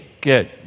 Good